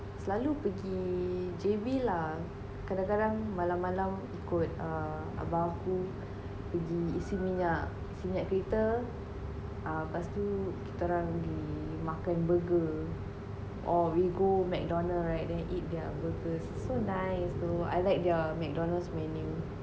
selalu pergi J_B lah kadang kadang malam malam ikut err abah aku pergi isi minyak isi minyak kereta err pastu kita orang gi makan burger or we go McDonald's right then eat their burger is so nice !duh! I like their McDonald's menu